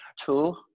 Two